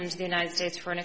of the united states for an